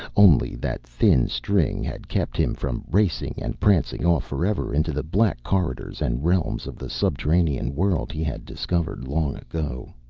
only that thin string had kept him from racing and prancing off for ever into the black corridors and realms of the subterranean world he had discovered, long ago.